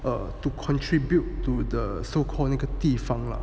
err to contribute to the so called 那个地方 lah